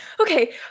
okay